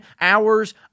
hours